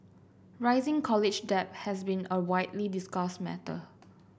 rising college debt has been a widely discussed matter